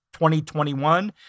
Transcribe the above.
2021